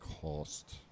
cost